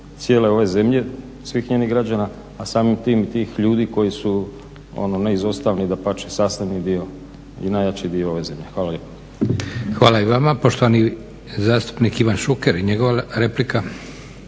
Hvala i vama. Poštovani zastupnik Ivan Šuker i njegova replika.